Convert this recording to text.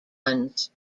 ones